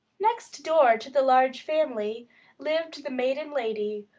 next door to the large family lived the maiden lady,